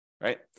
right